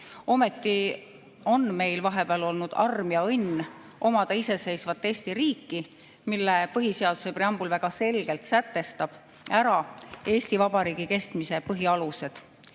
Ometi on meil vahepeal olnud arm ja õnn omada iseseisvat Eesti riiki, mille põhiseaduse preambul väga selgelt sätestab ära Eesti Vabariigi kestmise põhialused.